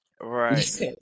Right